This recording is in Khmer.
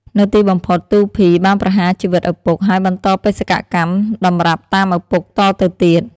នៅទីបំផុត ទូភី បានប្រហារជីវិតឪពុក ហើយបន្តបេសកកម្មតម្រាប់តាមឪពុកតទៅទៀត ។